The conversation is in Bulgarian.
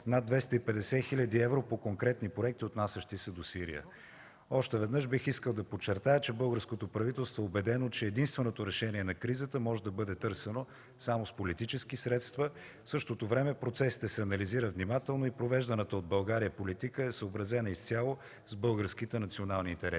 над 250 хил. евро по конкретни проекти, отнасящи се до Сирия. Още веднъж бих искал да подчертая, че българското правителство е убедено, че единственото решение на кризата може да бъде търсено само с политически средства. В същото време процесите се анализират внимателно и провежданата от България политика е съобразена изцяло с българските национални интереси.